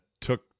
took